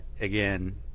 again